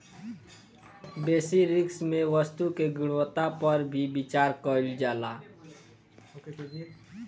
बेसि रिस्क में वस्तु के गुणवत्ता पर भी विचार कईल जाला